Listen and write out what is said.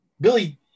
Billy